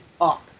up